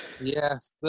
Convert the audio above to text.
Yes